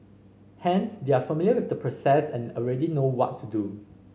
hence they are familiar with the process and already know what to do